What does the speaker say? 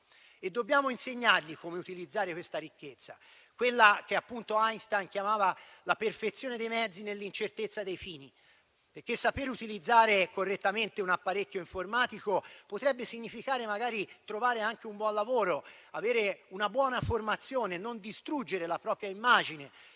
Dobbiamo insegnargli come utilizzare questa ricchezza, quella che Einstein chiamava la perfezione dei mezzi nell'incertezza dei fini perché saper utilizzare correttamente un apparecchio informatico potrebbe significare magari trovare anche un buon lavoro, avere una buona formazione e non distruggere la propria immagine